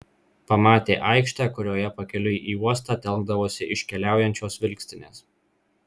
pamatė aikštę kurioje pakeliui į uostą telkdavosi iškeliaujančios vilkstinės